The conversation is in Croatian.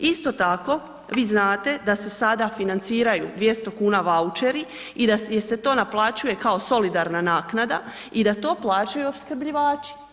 Isto tako, vi znate da se sada financiraju 200 kuna vučeri i da se to naplaćuje kao solidarna naknada i da to plaćaju opskrbljivači.